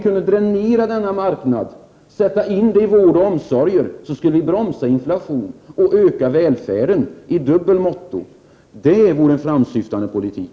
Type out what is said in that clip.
Kunde vi dränera denna marknad, sätta in pengarna i vården och omsorgen, skulle vi bromsa inflationen och öka välfärden i dubbel måtto. Det vore en framåtsyftande politik.